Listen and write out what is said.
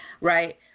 right